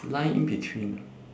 line in between